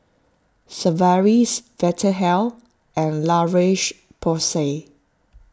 Sigvaris Vitahealth and La Roche Porsay